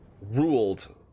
ruled